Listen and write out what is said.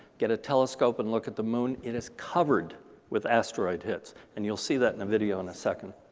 get a telescope and look at the moon. it is covered with asteroid hits. and you'll see that in a video in a second.